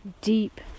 deep